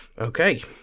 okay